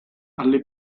alle